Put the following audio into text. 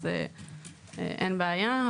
אז אין בעיה.